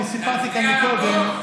להצדיע לבוס.